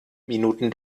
minuten